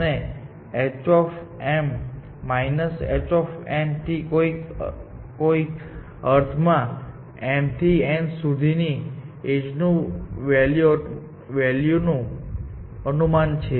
અને h h કોઈક અર્થમાં m થી n સુધીની એજની વેલ્યુનું અનુમાન છે